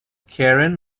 karen